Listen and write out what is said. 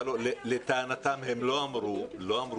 אמרו.